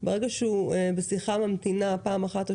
וברגע שהוא בשיחה ממתינה פעם אחת או